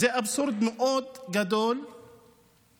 זה אבסורד גדול מאוד